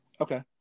okay